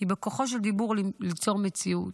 כי בכוחו של דיבור ליצור מציאות.